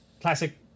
classic